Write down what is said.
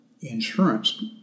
insurance